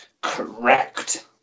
Correct